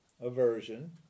aversion